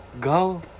go